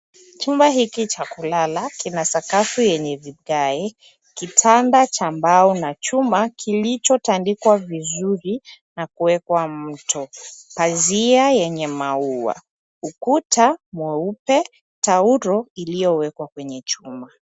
Chumba hiki cha kulala, kina sakafu yenye vigae, kitanda cha mbao na chuma, kilichotandikwa vizuri, na kuekwa mto. Pazia yenye maua. Ukuta mweupe. Tauro iliyowekwa kwenye chuma.